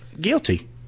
guilty